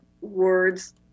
words